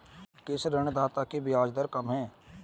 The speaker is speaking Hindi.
किस ऋणदाता की ब्याज दर कम है?